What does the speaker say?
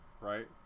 Right